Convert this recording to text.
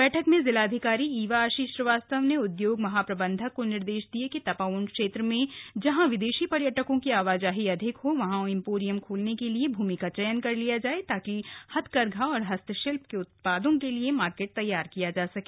बैठक में जिलाधिकारी इवा अशीष श्रीवास्तव ने उद्योग महाप्रबन्धक को निर्देश दिये कि तपोवन क्षेत्र में जहां विदेशी पर्यटकों की आवाजाही अधिक हो वहां इम्पोरियम खोलने के लिए भूमि का चयन कर लिया जाए ताकि हथकरघा और हस्तशिल्प के उत्पादों के लिए मार्केट तैयार किया जा सके